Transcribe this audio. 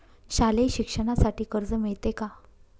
शालेय शिक्षणासाठी कर्ज मिळते का?